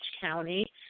County